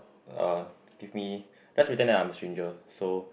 uh give me let's pretend that I'm a stranger so